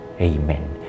Amen